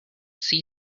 see